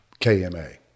KMA